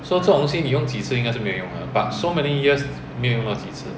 so 这种东西你用次应该是没有用了 but so many years 没有用到几次